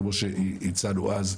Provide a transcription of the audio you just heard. כמו שהצענו אז,